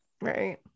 Right